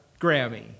Grammy